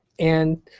and,